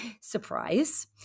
Surprise